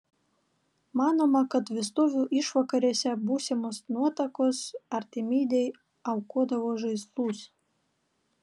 manoma kad vestuvių išvakarėse būsimos nuotakos artemidei aukodavo žaislus